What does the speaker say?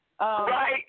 Right